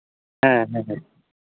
ᱦᱮᱸ ᱦᱮᱸ ᱦᱮᱸ